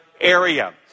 area